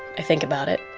i think about it.